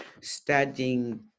studying